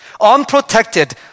Unprotected